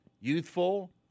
youthful